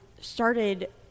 started